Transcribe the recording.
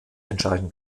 entscheiden